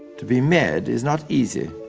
to be mad is not easy.